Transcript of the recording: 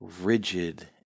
rigid